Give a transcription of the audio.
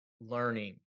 learning